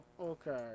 Okay